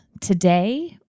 Today